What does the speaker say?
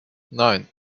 nine